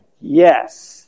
Yes